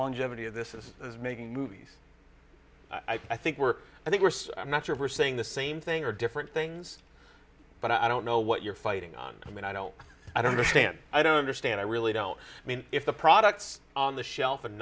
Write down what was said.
longevity of this is making movies i think we're i think worse i'm not sure we're saying the same thing or different things but i don't know what you're fighting on i mean i don't i don't understand i don't understand i really don't i mean if the products on the shelf and